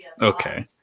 Okay